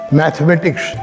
mathematics